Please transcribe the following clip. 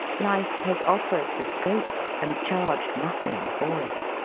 life has offered the scope and charged nothing for it.